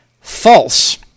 false